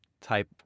type